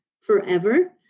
forever